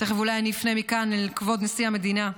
תכף אולי אפנה מכאן אל כבוד נשיא המדינה.